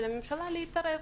של הממשלה, להתערב.